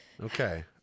Okay